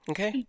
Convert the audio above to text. Okay